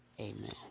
Amen